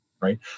right